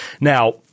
Now